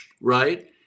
right